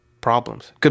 problems